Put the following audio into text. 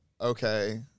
Okay